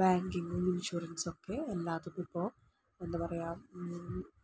ബാങ്കിങ്ങും ഇൻഷുറൻസൊക്കെ എല്ലാവർക്കും ഇപ്പോൾ എന്താ പറയുക